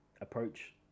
approach